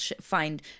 find